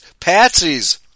patsies